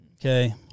okay